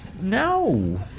No